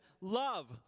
love